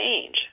change